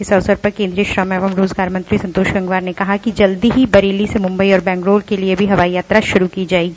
इस अवसर पर केंद्रीय श्रम और रोजगार मंत्री संतोष गंगवार ने कहा कि जल्द बरेली से मुंबई और बंगलोर के लिए भी हवाई यात्रा शुरू की जाएगी